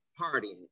partying